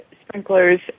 sprinklers